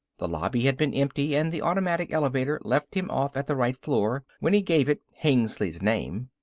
the lobby had been empty and the automatic elevator left him off at the right floor when he gave it hengly's name.